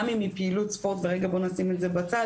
גם אם היא פעילות ספורט ורגע בואו נשים את זה בצד,